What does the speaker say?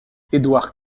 édouard